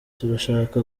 turashaka